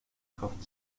kauft